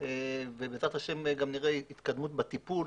ובעזרת השם, גם נראה התקדמות בטיפול.